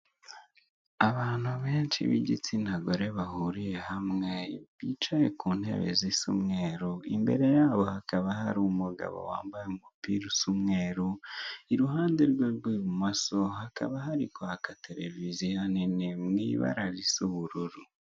Abantu benshi bigitsina gore bahuriye hamwe bicaye ku ntebe zisa umweru, imbere yabo hakaba hari umugabo wambaye umupira usa umweru, iruhande rwe rw'ibumoso hakaba hari kwaka televiziyo nini mu ibara risa ubururu.